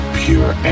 pure